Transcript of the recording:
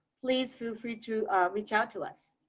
please feel free to reach out to us